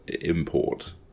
import